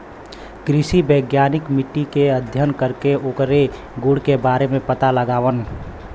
कृषि वैज्ञानिक मट्टी के अध्ययन करके ओकरे गुण के बारे में पता लगावलन